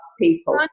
people